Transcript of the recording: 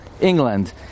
England